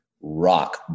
rock